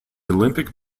olympic